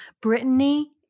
Brittany